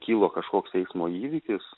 kilo kažkoks eismo įvykis